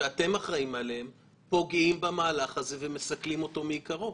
בנק לאומי ובנק פועלים מחזיקים יחד כ-60% מנתח